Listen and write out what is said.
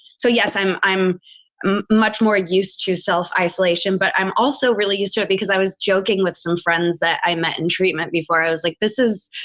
so yes, i'm i'm much more used to self isolation, but i'm also really used to it because i was joking with some friends that i met in treatment before. i was like, this is,